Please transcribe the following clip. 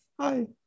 Hi